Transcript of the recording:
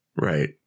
Right